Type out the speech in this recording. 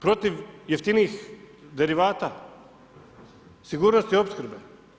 Protiv jeftinijih derivata, sigurnosti opskrbe.